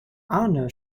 arne